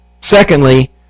Secondly